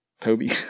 toby